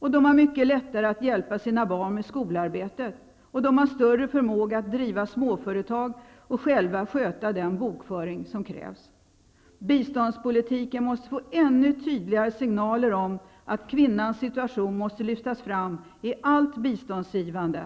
De har mycket lättare att hjälpa sina barn med skolarbetet. De har större förmåga att driva småföretag och själva sköta den bokföring som krävs. Biståndspolitiken måste få ännu tydligare signaler om att kvinnans situation måste lyftas fram i allt biståndsgivande.